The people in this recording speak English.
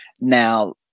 now